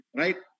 right